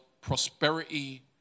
prosperity